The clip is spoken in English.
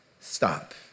stop